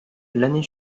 l’année